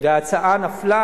ההצעה נפלה,